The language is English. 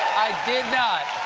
did not